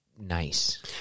nice